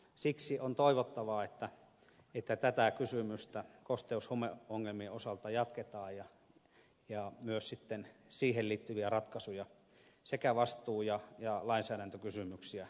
siksi on toivottavaa että tätä keskustelua kosteus ja homeongelmien osalta jatketaan ja myös sitten siihen liittyviä ratkaisuja ja vastuu sekä lainsäädäntökysymyksiä tarkastellaan